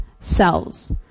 cells